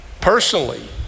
personally